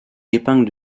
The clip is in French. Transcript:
épingle